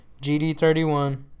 GD31